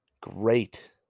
great